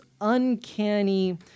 uncanny